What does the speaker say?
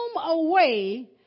away